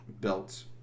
belts